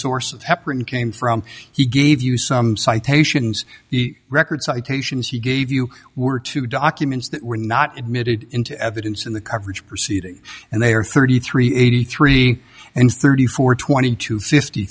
source heparin came from he gave you some citations the record citations he gave you were two documents that were not emitted into evidence in the coverage proceeding and they are thirty three eighty three and thirty four twenty two fifty